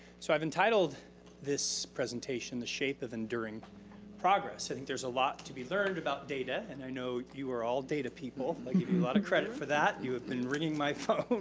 so i've entitled this presentation the shape of enduring progress. i think there's a lot to be learned about data. and i know you are all data people. i give you a lot of credit for that. you have been ringing my